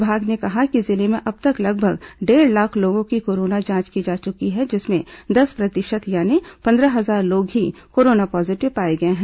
विभाग ने कहा कि जिले में अब तक लगभग डेढ़ लाख लोगों की कोरोना जांच की जा चुकी है जिसमें दस प्रतिशत यानी पंद्रह हजार लोग ही कोरोना पॉजीटिव पाए गए हैं